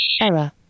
Error